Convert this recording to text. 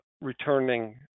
returning